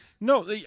No